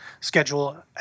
schedule